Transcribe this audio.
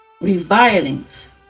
revilings